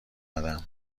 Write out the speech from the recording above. ندم